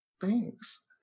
Thanks